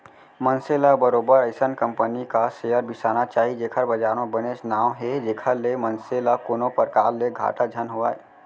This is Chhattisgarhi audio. मनसे ल बरोबर अइसन कंपनी क सेयर बिसाना चाही जेखर बजार म बनेच नांव हे जेखर ले मनसे ल कोनो परकार ले घाटा झन होवय